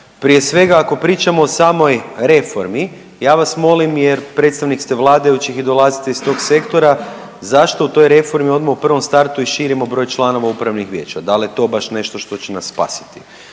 prije svega ako pričamo o samoj reformi ja vas molim, jer predstavnik ste vladajućih i dolazite iz tog sektora zašto u toj reformi odmah u prvom startu i širimo broj članova upravnih vijeća. Da li je to baš nešto što će nas spasiti?